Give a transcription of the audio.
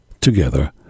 together